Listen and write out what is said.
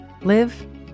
Live